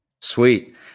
Sweet